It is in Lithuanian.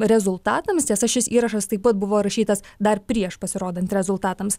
rezultatams tiesa šis įrašas taip pat buvo rašytas dar prieš pasirodant rezultatams